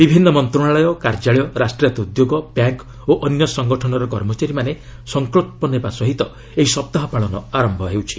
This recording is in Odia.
ବିଭିନ୍ନ ମନ୍ତ୍ରଣାଳୟ କାର୍ଯ୍ୟାଳୟ ରାଷ୍ଟ୍ରାୟତ୍ତ ଉଦ୍ୟୋଗ ବ୍ୟାଙ୍କ୍ ଓ ଅନ୍ୟ ସଙ୍ଗଠନର କର୍ମଚାରୀମାନେ ସଙ୍କଚ୍ଚ ନେବା ସହ ଏହି ସପ୍ତାହ ପାଳନ ଆରମ୍ଭ ହେଉଛି